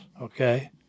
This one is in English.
Okay